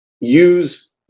use